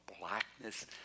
blackness